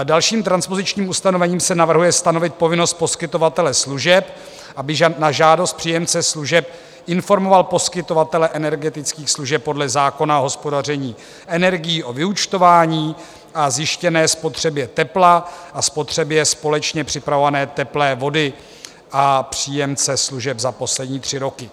Dalším transpozičním ustanovením se navrhuje stanovit povinnost poskytovatele služeb, aby na žádost příjemce služeb informoval poskytovatele energetických služeb podle zákona o hospodaření s energií o vyúčtování a zjištěné spotřebě tepla a spotřebě společně připravované teplé vody a příjemce služeb za poslední tři roky.